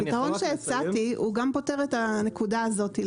לדעתי הפתרון שהצעתי גם פותר את הנקודה הזאת.